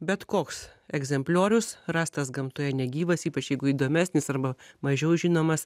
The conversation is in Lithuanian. bet koks egzempliorius rastas gamtoje negyvas ypač jeigu įdomesnis arba mažiau žinomas